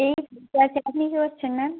এই বসে আছি আপনি কী করছেন ম্যাম